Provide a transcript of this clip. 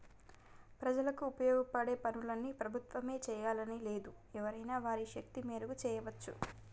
ప్రజలకు ఉపయోగపడే పనులన్నీ ప్రభుత్వమే చేయాలని లేదు ఎవరైనా వారి శక్తి మేరకు చేయవచ్చు